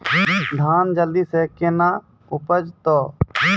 धान जल्दी से के ना उपज तो?